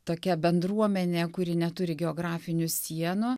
tokia bendruomenė kuri neturi geografinių sienų